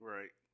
Right